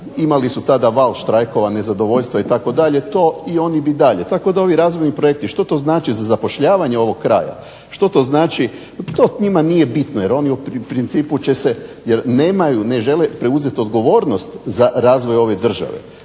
Imali su tada val štrajkova, nezadovoljstva itd. i oni bi dalje. Tako da ovi razvojni projekti, što to znači za zapošljavanje ovog kraja, što to znači to njima nije bitno jer oni u principu će se jer ne žele preuzeti odgovornost za razvoj ove države